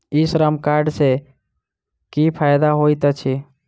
ई श्रम कार्ड सँ की फायदा होइत अछि?